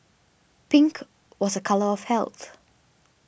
pink was a colour of health